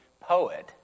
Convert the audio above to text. poet